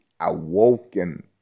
awoken